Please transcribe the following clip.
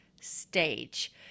stage